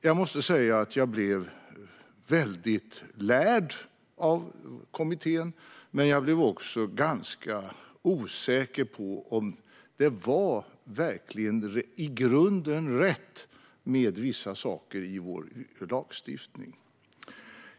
Jag måste säga att jag blev väldigt lärd av kommittén, men jag blev också ganska osäker på om det verkligen i grunden var rätt med vissa saker i vår lagstiftning.